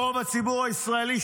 רוב הציבור הישראלי,